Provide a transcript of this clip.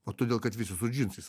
o todėl kad visi su džinsais